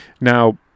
Now